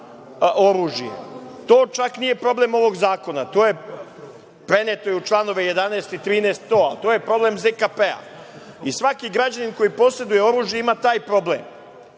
To čak nije problem ovog zakona. To je preneto i u članove 11. i 13, ali to je problem ZKP-a i svaki građanin koji poseduje oružje ima taj problem